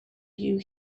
you